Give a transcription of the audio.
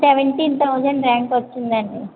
seventeen thousand rank వచ్చిందండి